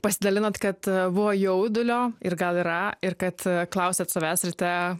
pasidalinot kad buvo jaudulio ir gal yra ir kad klausėt savęs ryte